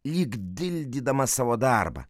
lyg dildydamas savo darbą